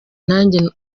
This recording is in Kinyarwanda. nanjye